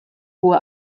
hohe